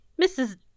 Mrs